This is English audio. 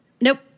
nope